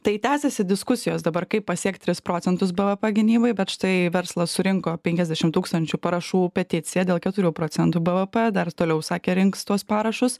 tai tęsiasi diskusijos dabar kaip pasiekt tris procentus bvp gynybai bet štai verslas surinko penkiasdešimt tūkstančių parašų peticiją dėl keturių procentų bvp dar toliau sakė rinks tuos parašus